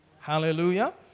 Hallelujah